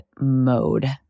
mode